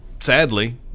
sadly